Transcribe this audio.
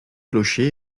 clocher